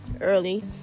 early